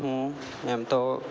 હું એમ તો